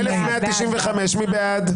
1,197 מי בעד?